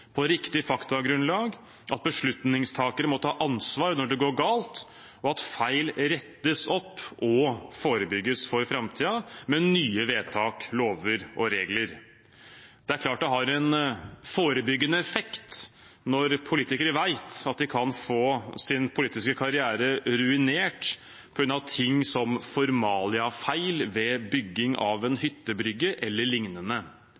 på riktig faktagrunnlag, at beslutningstakere må ta ansvar når det går galt, og at feil rettes opp og forebygges for framtiden, med nye vedtak, lover og regler. Det er klart det har en forebyggende effekt når politikere vet at de kan få sin politiske karriere ruinert på grunn av ting som formaliafeil ved bygging av en